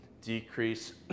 decrease